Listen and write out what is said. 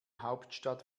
hauptstadt